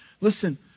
Listen